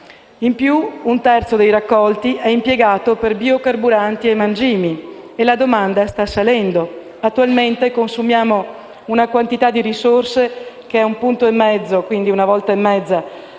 In più, un terzo dei raccolti è impiegato per biocarburanti e mangimi e la domanda sta salendo. Attualmente consumiamo una quantità di risorse che supera di una volta e mezzo